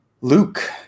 Luke